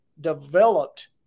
developed